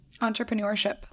Entrepreneurship